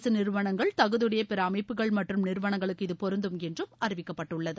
அரசு நிறுவனங்கள் தகுதியுடைய பிற அமைப்புகள் மற்றும் நிறுவனங்களுக்கு இது பொருந்தும் என்று அறிவிக்கப்பட்டுள்ளது